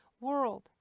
world